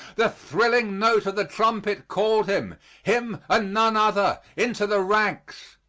the thrilling notes of the trumpet called him him and none other into the ranks.